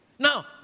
now